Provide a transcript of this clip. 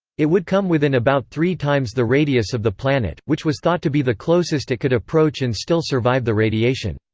it would come within about three times the radius of the planet, which was thought to be the closest it could approach and still survive the radiation.